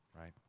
right